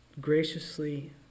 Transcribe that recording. graciously